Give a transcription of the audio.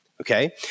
Okay